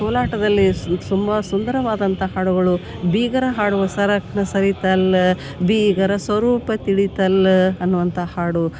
ಕೋಲಾಟದಲ್ಲಿ ಸುಂಬಾ ಸುಂದರವಾದಂಥ ಹಾಡುಗಳು ಬೀಗರ ಹಾಡು ಸರಕ್ನ್ ಸರಿತಲ್ಲ ಬೀಗರ ಸ್ವರೂಪ ತಿಳಿತಲ್ಲ ಅನ್ನುವಂಥ ಹಾಡು